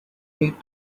need